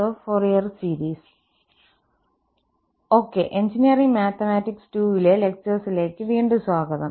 okay engineering mathematics 2 ലെ ലെക്ചർസിലേക്ക് വീണ്ടും സ്വാഗതം